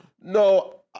No